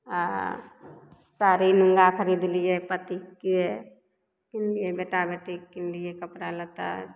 आ साड़ी नुवा खरीदलियै पतिके किनलियै बेटा बेटीके किनलियै कपड़ा लत्ता